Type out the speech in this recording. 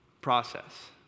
process